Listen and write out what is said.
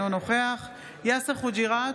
אינו נוכח יאסר חוג'יראת,